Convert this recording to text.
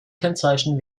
kennzeichen